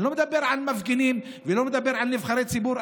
אני לא מדבר על מפגינים ולא מדבר על נבחרי ציבור,